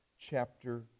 chapter